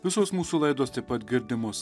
visos mūsų laidos taip pat girdimos